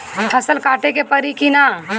फसल काटे के परी कि न?